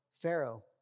Pharaoh